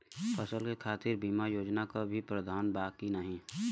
फसल के खातीर बिमा योजना क भी प्रवाधान बा की नाही?